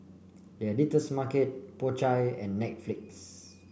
The Editor's Market Po Chai and Netflix